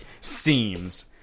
seems